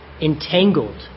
Entangled